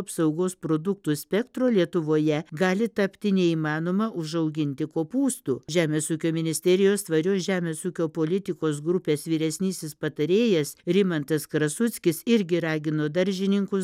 apsaugos produktų spektro lietuvoje gali tapti neįmanoma užauginti kopūstų žemės ūkio ministerijos tvarios žemės ūkio politikos grupės vyresnysis patarėjas rimantas krasuckis irgi ragino daržininkus